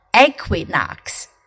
Equinox